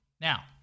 Now